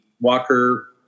walker